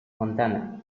montana